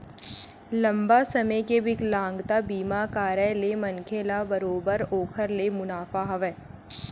लंबा समे के बिकलांगता बीमा कारय ले मनखे ल बरोबर ओखर ले मुनाफा हवय